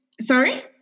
sorry